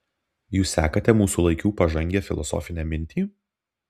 jūs sekate mūsų laikų pažangią filosofinę mintį